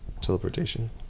Teleportation